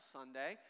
Sunday